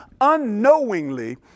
unknowingly